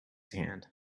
hand